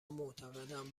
معتقدند